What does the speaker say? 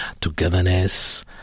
togetherness